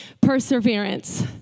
perseverance